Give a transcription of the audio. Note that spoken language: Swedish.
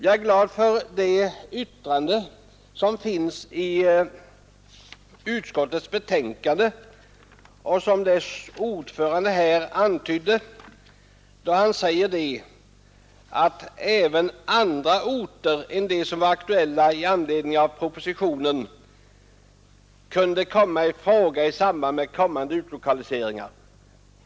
Jag blev glad över det yttrande i utskottets betänkande som utskottets ordförande antydde, då han sade att även andra orter än de som var aktuella i anledning av propositionen kunde komma i fråga i samband med kommande utlokaliseringar.